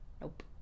Nope